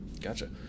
gotcha